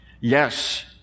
Yes